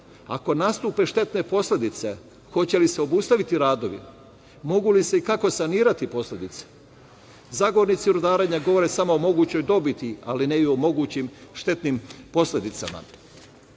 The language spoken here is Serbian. Ako, nastupe štetne posledice hoće li se obustaviti radovi? Mogu li se i kako sanirati posledice? Zagovornici rudarenja govore samo o mogućoj dobiti, ali ne i o mogućim štetnim posledicama. Prema